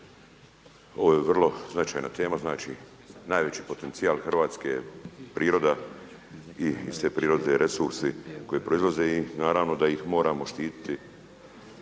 Ovo je vrlo značajna tema znači najveći potencijal Hrvatske je priroda i iz te prirode i resursi koji proizlaze i naravno da ih moramo štititi